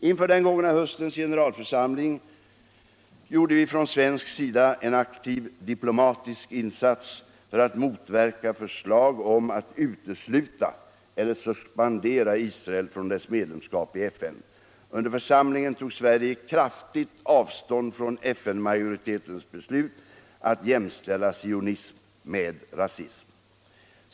Inför den gångna höstens generalförsamling gjorde vi från svensk sida en aktiv diplomatisk insats för att motverka förslag om att utesluta eller suspendera Israel från dess medlemskap i FN. Under församlingen tog Sverige kraftigt avstånd från FN-majoritetens beslut att jämställa sionism med rasism.